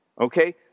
okay